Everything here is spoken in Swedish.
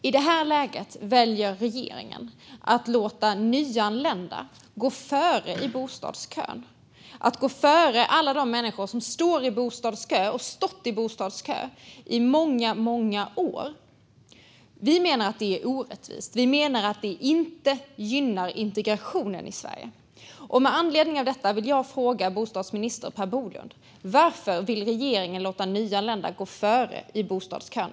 I det här läget väljer regeringen att låta nyanlända gå före i bostadskön, det vill säga gå före alla de människor som står och har stått i bostadskö i många, många år. Vi menar att det är orättvist. Vi menar att det inte gynnar integrationen i Sverige. Med anledning av detta vill jag fråga bostadsminister Per Bolund: Varför vill regeringen låta nyanlända gå före i bostadskön?